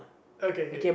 okay okay